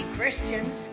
Christians